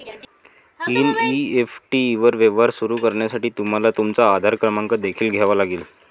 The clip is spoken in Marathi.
एन.ई.एफ.टी वर व्यवहार सुरू करण्यासाठी तुम्हाला तुमचा आधार क्रमांक देखील द्यावा लागेल